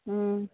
ওম